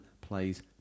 plays